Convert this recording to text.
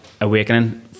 awakening